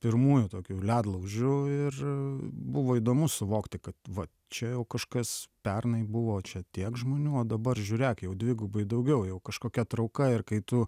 pirmųjų tokių ledlaužių ir buvo įdomu suvokti kad va čia jau kažkas pernai buvo čia tiek žmonių o dabar žiūrėk jau dvigubai daugiau jau kažkokia trauka ir kai tu